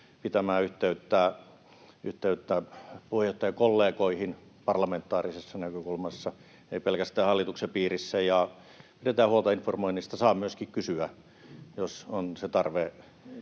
pitämään yhteyttä puheenjohtajakollegoihin parlamentaarisessa näkökulmassa, ei pelkästään hallituksen piirissä. Pidetään huolta informoinnista. Saa myöskin kysyä, jos on tarve,